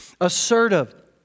assertive